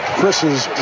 Chris's